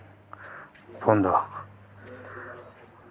होंदा